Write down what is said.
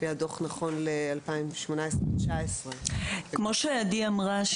לפי הדוח נכון לשנים 2019-2018. כמו שעדי אמרה,